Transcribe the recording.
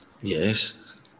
Yes